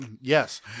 yes